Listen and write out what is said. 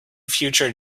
future